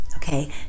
Okay